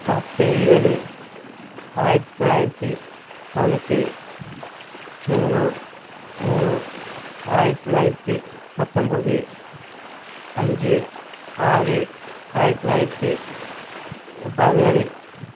பத்து ஏழு ஆயிரத்தி தொள்ளாயிரத்தி பதினெட்டு மூணு மூணு ஆயிரத்தி தொள்ளாயிரத்தி பத்தொன்பது அஞ்சு ஆறு ஆயிரத்தி தொள்ளாயிரத்தி பதினேழு